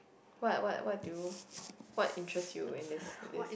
what what what do you what interests you in this this